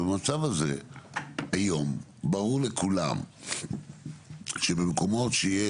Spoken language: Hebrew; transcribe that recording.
ובמצב הזה היום ברור לכולם שבמקומות שיש